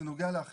זה נוגע להכשרה,